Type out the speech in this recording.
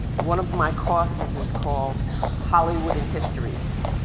one of my courses is called hollywood in histories.